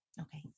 Okay